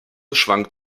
schwankt